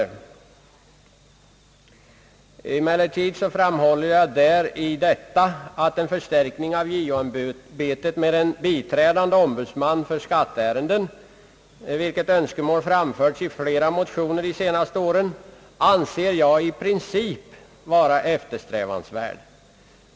I detta särskilda yttrande framhåller jag vidare att en »förstärkning av JO ämbetet med en biträdande ombudsman för skatteärenden, vilket önskemål framförts i flera motioner de senaste åren, anser jag i princip vara eftersträvansvärd.